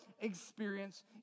experience